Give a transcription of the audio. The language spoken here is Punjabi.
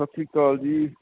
ਸਤਿ ਸ਼੍ਰੀ ਅਕਾਲ ਜੀ